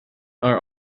are